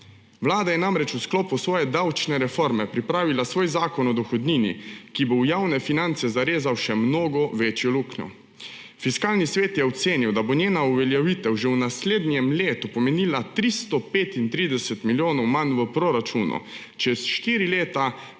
Vlada je namreč v sklopu svoje davčne reforme pripravila svoj Zakon o dohodnini, ki bo v javne finance zarezal še mnogo večjo luknjo. Fiskalni svet je ocenil, da bo njena uveljavitev že v naslednjem letu pomenila 335 milijonov manj v proračunu, čez 4 leta